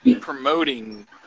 promoting